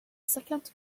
second